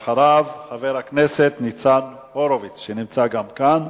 אחריו, חבר הכנסת ניצן הורוביץ, שגם נמצא כאן.